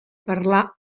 parlar